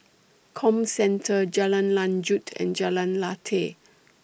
Comcentre Jalan Lanjut and Jalan Lateh